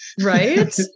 right